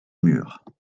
murs